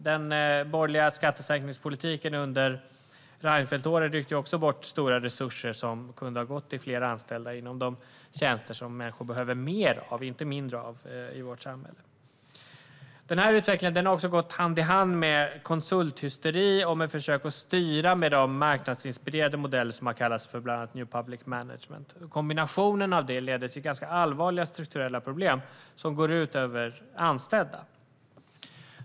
Den borgerliga skattesänkningspolitiken under Reinfeldtåren ryckte också bort stora resurser som kunde ha gått till fler anställda inom de tjänster som människor behöver mer av, inte mindre av, i vårt samhälle. Den här utvecklingen har gått hand i hand med konsulthysteri och försök att styra med de marknadsinspirerade modeller som har kallats för bland annat "new public management". Kombinationen av detta har lett till ganska allvarliga strukturella problem som går ut över anställda.